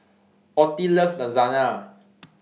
Ottie loves Lasagna